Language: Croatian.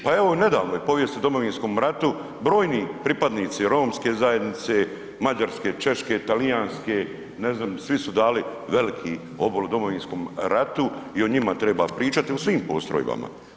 Pa evo nedavno je i u povijesti u Domovinskom ratu, brojni pripadnici romske zajednice, mađarske, češke, talijanske, ne znam, svi su dali veliki obol Domovinskom ratu i o njima treba pričati, u svom postrojbama.